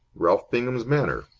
ralph bingham's manner.